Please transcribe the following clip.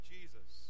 Jesus